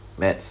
math